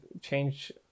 change